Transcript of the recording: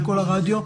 ברדיו,